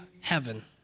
heaven